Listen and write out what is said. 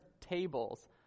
tables